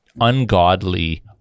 ungodly